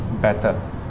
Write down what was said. better